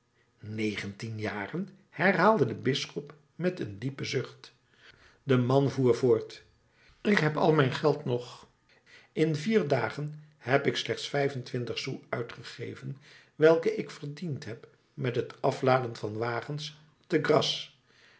negentien jaren herhaalde de bisschop met een diepen zucht de man voer voort ik heb al mijn geld nog in vier dagen heb ik slechts vijfentwintig sous uitgegeven welke ik verdiend heb met het afladen van wagens te grasse